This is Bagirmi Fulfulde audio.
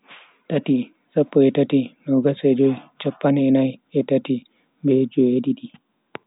Tati, sappo e tati, nogas e jui, chappan e nai e tati be jue-didi.